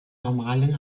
normalen